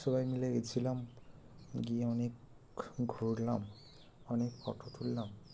সবাই মিলে গিয়েছিলাম গিয়ে অনেক ঘুরলাম অনেক ফটো তুললাম